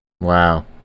Wow